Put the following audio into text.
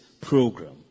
program